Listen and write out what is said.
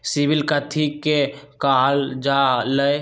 CIBIL कथि के काहल जा लई?